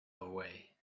away